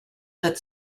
that